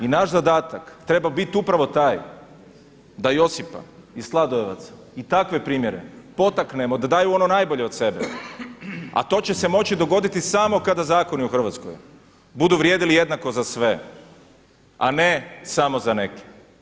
I naš zadatak treba biti upravo taj, da Josipa iz Sladojevaca i takve primjere potaknemo da daju ono najbolje od sebe, a to će se moći dogoditi samo kada u zakoni u Hrvatskoj budu vrijedili jednako za sve, a ne samo za neke.